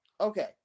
Okay